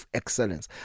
excellence